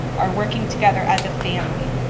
are working together as a family,